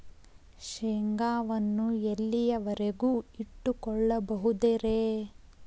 ಶೇಂಗಾವನ್ನು ಎಲ್ಲಿಯವರೆಗೂ ಇಟ್ಟು ಕೊಳ್ಳಬಹುದು ರೇ?